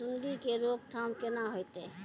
सुंडी के रोकथाम केना होतै?